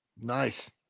Nice